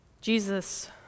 Jesus